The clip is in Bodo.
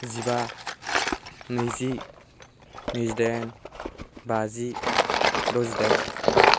जिबा नैजि नैजिदाइन बाजि द'जिदाइन